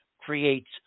creates